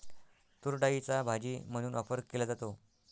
तूरडाळीचा भाजी म्हणून वापर केला जातो